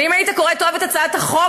ואם היית קורא טוב את הצעת החוק,